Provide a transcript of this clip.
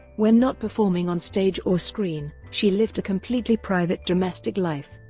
when not performing on stage or screen, she lived a completely private domestic life,